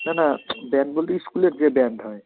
না না ব্যান্ড বলতে স্কুলের যে ব্যান্ড হয়